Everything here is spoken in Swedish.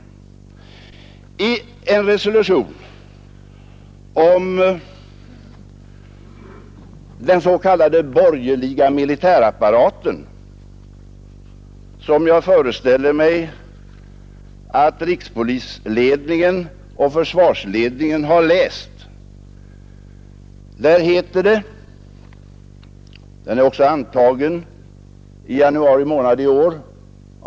Jag vill citera ur en resolution om den s.k. borgerliga militärapparaten. Denna resolution, som jag föreställer mig att rikspolisledningen och försvarsledningen har läst, är också antagen av kongressen i januari månad i år.